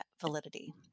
validity